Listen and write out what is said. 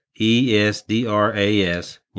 E-S-D-R-A-S